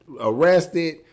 arrested